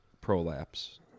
prolapse